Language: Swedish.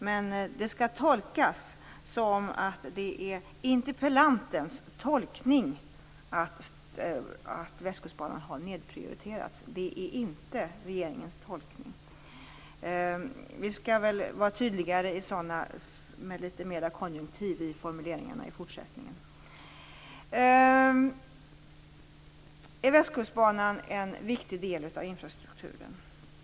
Men det skall tolkas som att det är interpellantens tolkning att Västkustbanan har nedprioriterats. Det är inte regeringens tolkning. Vi skall vara tydligare, med litet mer konjunktiv i formuleringarna, i fortsättningen. Är Västkustbanan en viktig del av infrastrukturen?